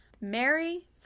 Mary